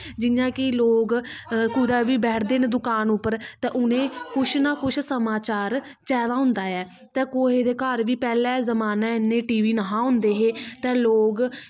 जियां कि लोग कुदै बी बैठदे न दुकान उप्पर तां उनैं कुछ ना कुछ समाचार चाही दा होंदा ऐ ते केइयें दे घर इन्ने टी वी नेंई होंदे हे ते लोग